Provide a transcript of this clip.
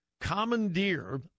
commandeer